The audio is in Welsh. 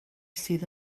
sydd